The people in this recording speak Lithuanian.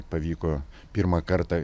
pavyko pirmą kartą